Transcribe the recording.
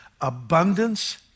Abundance